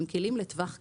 הם כלים לטווח קצר.